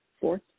fourth